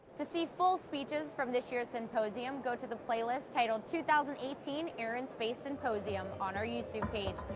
to see full speeches from this year's symposium go to the playlist titled two thousand and eighteen air and space symposium on our youtube page.